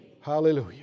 Hallelujah